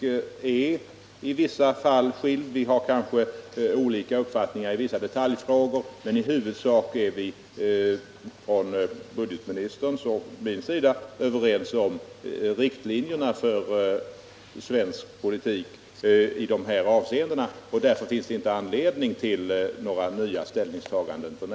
Budgetoch ekonomiministern och jag har kanske olika uppfattningar i vissa detaljfrågor, men vi är i huvudsak överens om riktlinjerna för svensk politik i de här aktuella avseendena och om att det inte finns anledning till några nya ställningstaganden f. n.